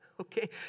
okay